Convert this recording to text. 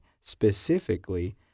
specifically